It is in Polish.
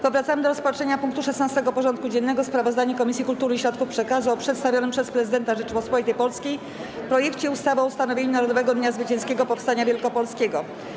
Powracamy do rozpatrzenia punktu 16. porządku dziennego: Sprawozdanie Komisji Kultury i Środków Przekazu o przedstawionym przez Prezydenta Rzeczypospolitej Polskiej projekcie ustawy o ustanowieniu Narodowego Dnia Zwycięskiego Powstania Wielkopolskiego.